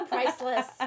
Priceless